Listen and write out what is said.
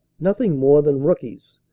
nothing more than rookies,